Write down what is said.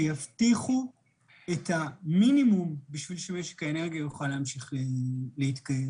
שיבטיחו את המינימום בשביל שמשק האנרגיה יוכל להמשיך להתקיים.